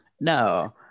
No